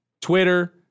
Twitter